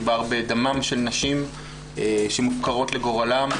מדובר בדמם של נשים שמופקרות לגורלן,